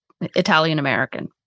italian-american